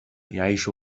يعيش